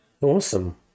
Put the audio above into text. Awesome